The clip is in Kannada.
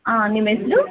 ಹಾಂ ನಿಮ್ಮ ಹೆಸ್ರು